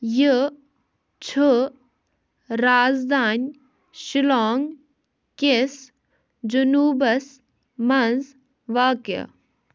یہِ چھُ رازدانۍ شِلانٛگ کِس جنوٗبس منٛز واقیہِ